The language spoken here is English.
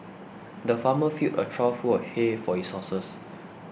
the farmer filled a trough full of hay for his horses